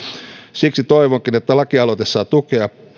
siksi toivonkin että lakialoite saa tukea